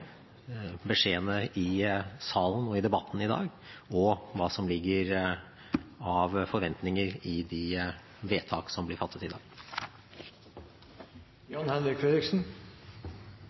beskjedene i salen og i debatten i dag, og hva som ligger av forventninger i de vedtak som blir fattet i